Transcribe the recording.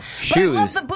shoes